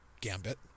gambit